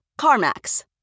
CarMax